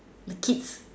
kids